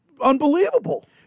unbelievable